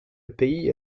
pays